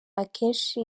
akenshi